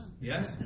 Yes